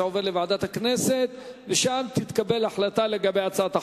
זה עובר לוועדת הכנסת ושם תתקבל החלטה לגבי הצעת החוק.